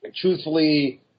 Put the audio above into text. truthfully